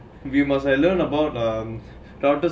we must have learnt about um routers